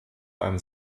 einem